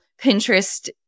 Pinterest